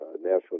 national